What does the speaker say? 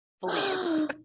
Please